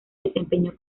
desempeñó